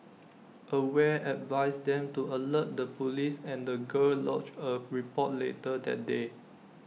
aware advised them to alert the Police and the girl lodged A report later that day